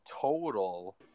total